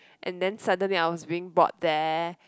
and then suddenly I was being brought there